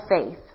faith